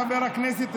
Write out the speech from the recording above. חבר הכנסת,